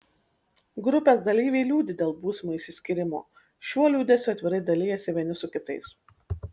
grupės dalyviai liūdi dėl būsimo išsiskyrimo šiuo liūdesiu atvirai dalijasi vieni su kitais